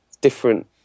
different